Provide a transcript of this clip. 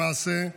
למעשה.